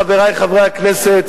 חברי חברי הכנסת,